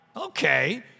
okay